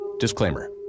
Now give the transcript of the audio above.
Disclaimer